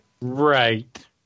Right